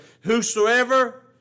whosoever